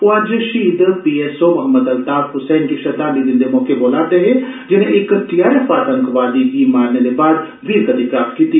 ओह् अज्ज शहीद P S O Mohammad Altaf Hussain गी श्रद्धांजलि दिंदे मौके बोला'रदे हे जिनें इक टीआरएफ आतंकवादी गी मारने दे बाद वीरगति प्राप्त कीती